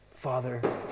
Father